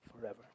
forever